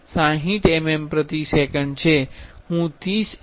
હું 30 mm પ્રતિ second પસંદ કરીશ